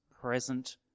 present